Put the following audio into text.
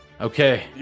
Okay